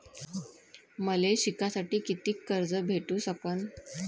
मले शिकासाठी कितीक कर्ज भेटू सकन?